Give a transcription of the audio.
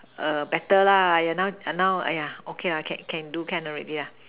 err better lah now now !aiya! okay lah can can do can already ah